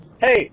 Hey